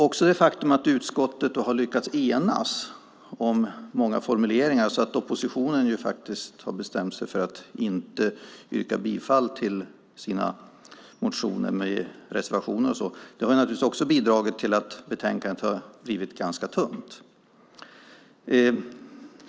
Också det faktum att utskottet har lyckats enas om många formuleringar så att oppositionen har bestämt sig för att inte yrka bifall till sina motioner med reservationer har bidragit till att betänkandet har blivit ganska tunt.